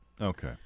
okay